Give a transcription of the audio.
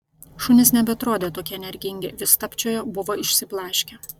šunys nebeatrodė tokie energingi vis stabčiojo buvo išsiblaškę